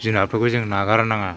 जुनातफोरखौ जों नागारनाङा